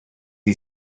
not